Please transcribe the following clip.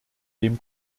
dem